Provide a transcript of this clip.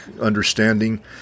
understanding